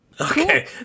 Okay